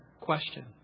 Question